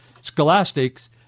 scholastics